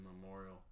Memorial